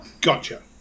Gotcha